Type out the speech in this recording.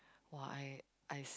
why I s~